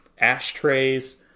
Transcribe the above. ashtrays